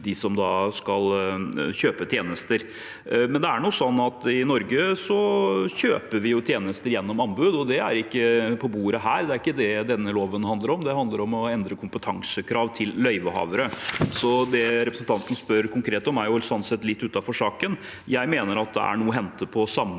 dem som skal kjøpe tjenester. Det er nå sånn at i Norge kjøper vi tjenester gjennom anbud, og det er ikke på bordet her. Det er ikke det denne loven handler om. Det handler om å endre kompetansekrav til løyvehavere, så det representanten spør konkret om, er sånn sett litt utenfor saken. Jeg mener det er noe å hente på å